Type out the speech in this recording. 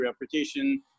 reputation